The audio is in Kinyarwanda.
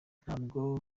ntabwo